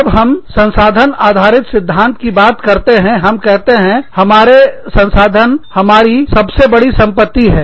जब हम संसाधन आधारित सिद्धांत की बात करते हैं हम कहते हैं हमारे संसाधन हमारे सबसे बड़ी संपत्ति है